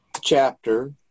chapter